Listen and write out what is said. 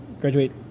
graduate